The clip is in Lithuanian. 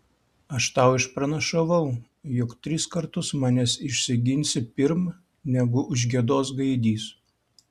aš tau išpranašavau jog tris kartus manęs išsiginsi pirm negu užgiedos gaidys